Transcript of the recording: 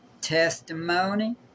testimony